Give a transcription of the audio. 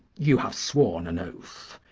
you have sworn an oath,